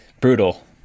brutal